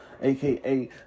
AKA